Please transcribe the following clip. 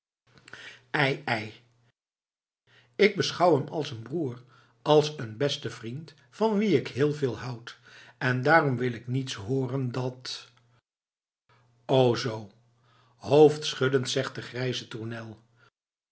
ei ik beschouw hem als een broer als een besten vriend van wien ik heel veel houd en daarom wil ik niets hooren dat o zoo hoofdschuddend zegt de grijze tournel